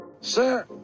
Sir